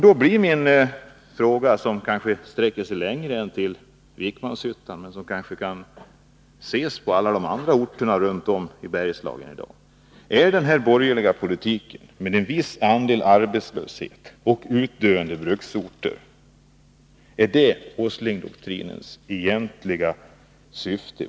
Då blir min fråga, som sträcker sig längre än till Vikmanshyttan och som kanske gäller för alla andra orter i Bergslagen i dag: Är den borgerliga politiken med en viss andel arbetslöshet och utdöende bruksorter Åslingdoktrinens egentliga syfte?